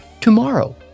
tomorrow